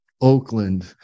Oakland